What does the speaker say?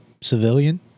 civilian